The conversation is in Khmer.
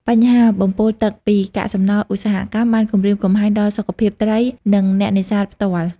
បញ្ហា បំពុលទឹក ពីកាកសំណល់ឧស្សាហកម្មបានគំរាមកំហែងដល់សុខភាពត្រីនិងអ្នកនេសាទផ្ទាល់។